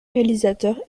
réalisateur